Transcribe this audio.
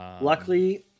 Luckily